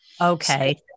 Okay